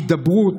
הידברות,